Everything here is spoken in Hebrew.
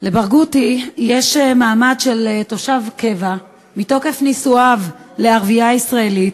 לברגותי יש מעמד של תושב קבע מתוקף נישואיו לערבייה ישראלית,